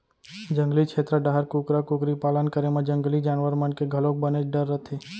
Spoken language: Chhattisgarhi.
जंगली छेत्र डाहर कुकरा कुकरी पालन करे म जंगली जानवर मन के घलोक बनेच डर रथे